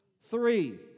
three